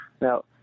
Now